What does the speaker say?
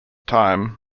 time